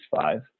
five